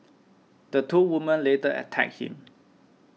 the two women later attacked him